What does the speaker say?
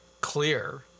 clear